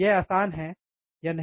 यह आसान है या नहीं